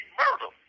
murder